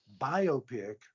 biopic